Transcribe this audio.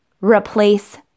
replace